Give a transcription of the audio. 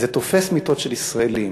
זה תופס מיטות של ישראלים.